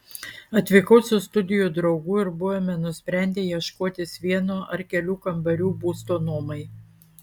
atvykau su studijų draugu ir buvome nusprendę ieškotis vieno ar kelių kambarių būsto nuomai